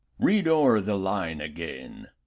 read o'er the line again.